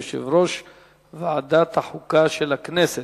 יושב-ראש ועדת החוקה של הכנסת.